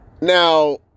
Now